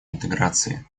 интеграции